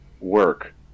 work